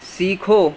سیکھو